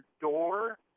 door